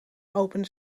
open